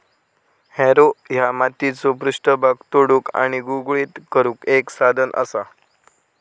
Harrow ह्या मातीचो पृष्ठभाग तोडुक आणि गुळगुळीत करुक एक साधन असा